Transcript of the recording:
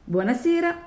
Buonasera